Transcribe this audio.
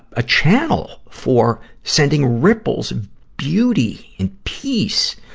a channel for sending ripples of beauty and peace,